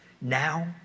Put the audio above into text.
now